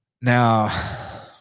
Now